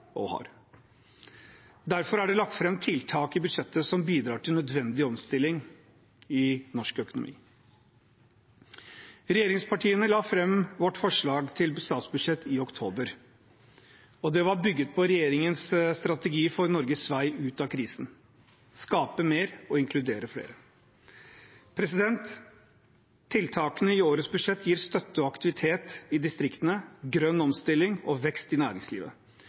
og har. Derfor er det lagt fram tiltak i budsjettet som bidrar til nødvendig omstilling i norsk økonomi. Regjeringspartiene la fram vårt forslag til statsbudsjett i oktober, og det var bygget på regjeringens strategi for Norges vei ut av krisen: skape mer og inkludere flere. Tiltakene i årets budsjett gir støtte og aktivitet i distriktene, grønn omstilling og vekst i næringslivet,